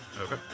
Okay